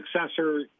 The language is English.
successor